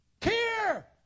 Care